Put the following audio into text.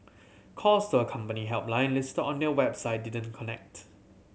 calls to a company helpline list on their website didn't connect